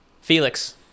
Felix